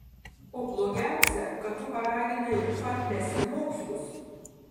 o blogiausia kad tu paraginai rufą mesti mokslus